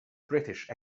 british